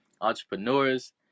entrepreneurs